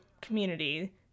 community